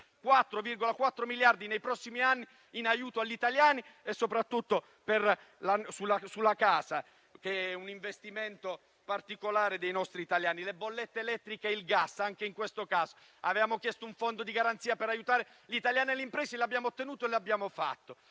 4,4 miliardi nei prossimi anni in aiuto agli italiani e soprattutto sulla casa, un investimento particolare dei nostri italiani. Per quanto riguarda le bollette elettriche e il gas, anche in questo caso avevamo chiesto un fondo di garanzia per aiutare gli italiani e le imprese, lo abbiamo ottenuto e realizzato,